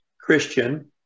Christian